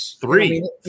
Three